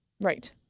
Right